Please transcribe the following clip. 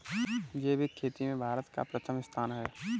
जैविक खेती में भारत का प्रथम स्थान है